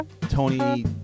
Tony